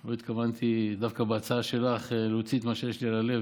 לא התכוונתי בהצעה שלך דווקא להוציא את מה שיש לי על הלב.